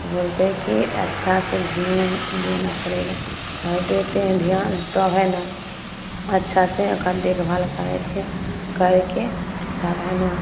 बोलते कि अच्छा से ध्यान देना पड़ेगा आओर देते ध्यान तब है ने अच्छा से ओकर देखभाल करै छियै करके तब हइ ने